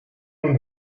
nun